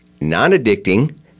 non-addicting